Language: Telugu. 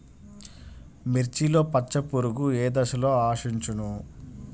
మిర్చిలో పచ్చ పురుగు ఏ దశలో ఆశించును?